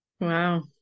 Wow